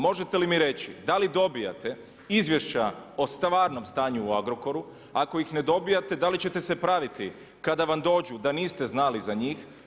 Možete li mi reći, da li dobijete izvješća o stvarnom stanju u Agrokoru, ako ih ne dobijete, da li ćete se praviti, kada vam dođu da niste znali za njih.